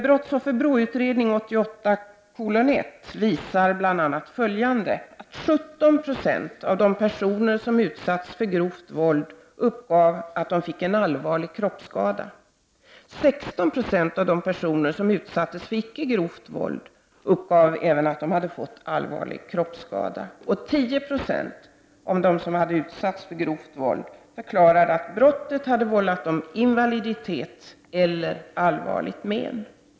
BRÅ:s rapport Brottsoffer 1988:1 visar bl.a. följande: 16 Z0 av de personer som utsattes för icke grovt våld uppgav även att de fått allvarlig kroppsskada.